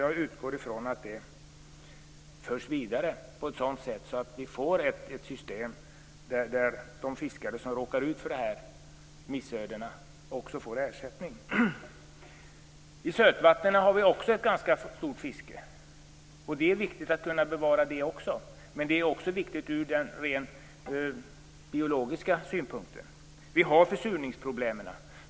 Jag utgår ifrån att det förs vidare på ett sådant sätt att vi får ett system där de fiskare som råkar ut för dessa missöden också får ersättning. I sötvatten har vi ett ganska stort fiske. Det är viktigt att kunna bevara också det. Det är även viktigt ur biologisk synpunkt. Vi har försurningsproblem.